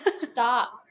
stop